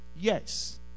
yes